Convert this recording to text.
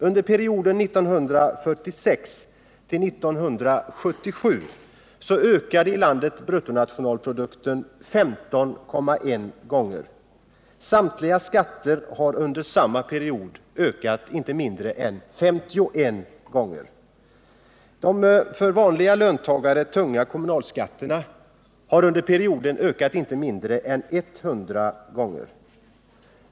Under perioden 1946-1977 ökade bruttonationalprodukten i landet 15,1 gånger. Summan av samtliga skatter har under samma period ökat inte mindre än 51 gånger. De för vanliga löntagare tunga kommunalskatterna har under perioden ökat inte mindre än 100 gånger.